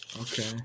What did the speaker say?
Okay